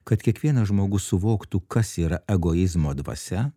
kad kiekvienas žmogus suvoktų kas yra egoizmo dvasia